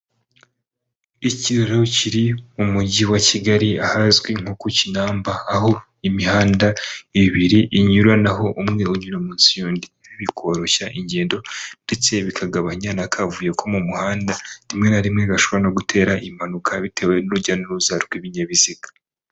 Ikiraro kiri mu mujyi wa Kigali, ahazwi nko ku Kinamba, aho imihanda ibiri inyuranaho umwe unyura munsi y'undi; bikoroshya ingendo ndetse bikagabanya n'akavuyo ko mu muhanda, rimwe na rimwe gashobora no gutera impanuka, bitewe n'urujya n'uruza rw'ibinyabiziga.